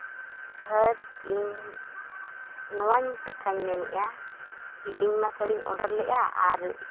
ᱥᱟᱨ ᱤᱧ ᱱᱚᱣᱟᱧ ᱠᱟᱛᱷᱟᱧ ᱢᱮᱱᱮᱫᱼᱟ ᱠᱤ ᱤᱧᱢᱟ ᱥᱟᱹᱲᱤᱧ ᱚᱰᱟᱨ ᱞᱮᱜᱼᱟ ᱟᱨ